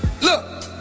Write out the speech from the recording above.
Look